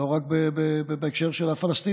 לא רק בהקשר של הפלסטינים,